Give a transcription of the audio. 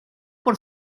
por